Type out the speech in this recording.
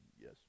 Yes